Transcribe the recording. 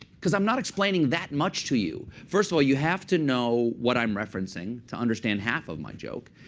because i'm not explaining that much to you. first of all, you have to know what i'm referencing to understand half of my joke.